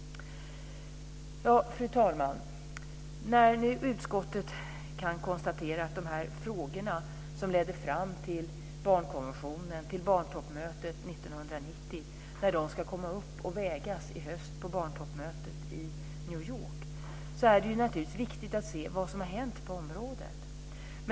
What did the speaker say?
Fru talman! När nu utskottet kan konstatera att de här frågorna, som ledde fram till barnkonventionen och barntoppmötet 1990, ska vägas i höst på barntoppmötet i New York, är det naturligtvis viktigt att se vad som har hänt på området.